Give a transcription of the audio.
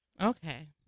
Okay